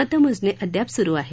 मत मोजणी अद्याप सुरू आहे